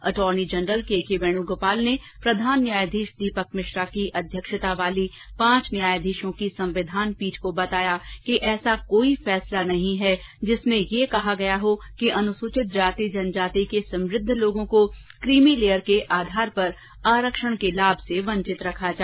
attorney general K K Venugopal ने प्रधान न्यायाधीश दीपक मिश्रा की अध्यक्षता वाली पांच न्यायाधीशों की संविधान पीठ को बताया कि ऐसा कोई फैसला नहीं है जिसमें यह कहा गया हो कि अनुसूचित जाति अनुसूचित जनजाति के समृद्ध लोगों को क्रीमी लेयर के आधार पर आरक्षण के लाभ से वंचित रखा जाए